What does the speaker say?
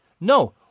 No